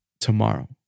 tomorrow